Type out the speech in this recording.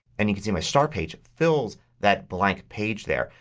and you can see my start page fills that blank page there.